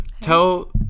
tell